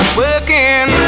working